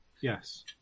Yes